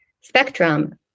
spectrum